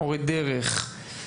מורה דרך,